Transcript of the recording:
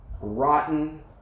rotten